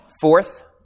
Fourth